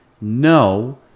no